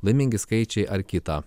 laimingi skaičiai ar kitą